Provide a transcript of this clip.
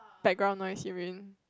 background noise you mean